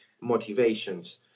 motivations